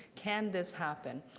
can this happen?